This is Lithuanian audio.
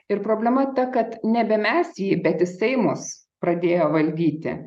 ir problema ta kad nebe mes jį bet jisai mus pradėjo valdyti